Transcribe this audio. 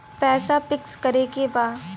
पैसा पिक्स करके बा?